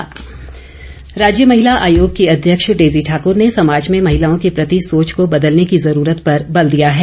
कार्यशाला राज्य महिला आयोग की अध्यक्ष डेजी ठाकूर ने समाज में महिलाओं के प्रति सोच को बदलने की जुरूरत पर बल दिया है